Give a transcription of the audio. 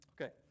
Okay